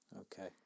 okay